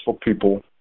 people